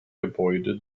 gebäude